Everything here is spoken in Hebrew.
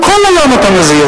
כל היום אתה מזהיר.